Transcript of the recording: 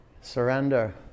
Surrender